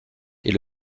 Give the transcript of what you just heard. est